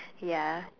ya